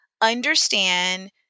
understand